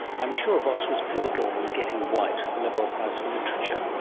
i'm sure voss was pivotal in getting white the nobel prize for literature,